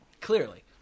Clearly